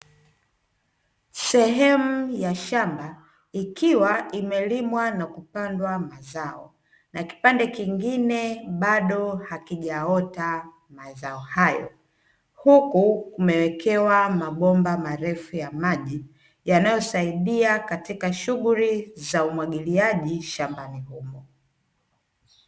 Sehemu ya shamba ikiwa imelimwa na kupandwa mazao, na kipande kingine bado hakijaota mazao hayo, huku kumewekewa mabomba marefu ya maji, yanayosaidi katika shughukli za umwagiliaji shambani humo.